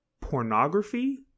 pornography